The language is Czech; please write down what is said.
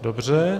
Dobře.